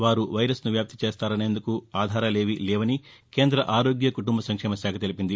వారు వైరస్ను వ్యాప్తి చేస్తారనేందుకు ఆధారాలేవీ లేవని కేంద ఆరోగ్య కుటుంబ సంక్షేమశాఖ తెలిపింది